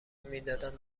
میدادم